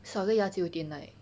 少个牙就有点 like